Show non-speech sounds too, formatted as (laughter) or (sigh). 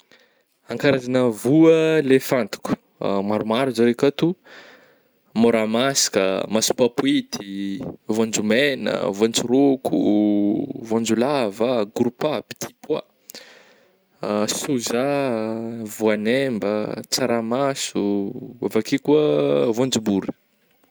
(noise) An karazagna voa le fantako maromaro zare ankato môramasaka, masopapoety, voanjo maigna, voanjorôko, voanjolava ah, grôpa, pitipois, (hesitation) sôja, voagnemba, tsaramasô, avy akeo koa voanjobory.